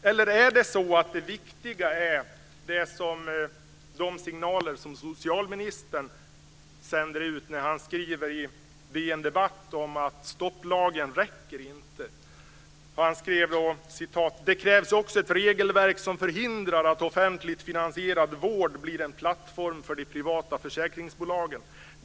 Eller är det så att det viktiga är de signaler som socialministern sänder ut när han skriver i DN Debatt om att stopplagen inte räcker? Han skrev då: "Det krävs också ett regelverk som förhindrar att offentligt finansierad vård blir en plattform för de privata försäkringsbolagen.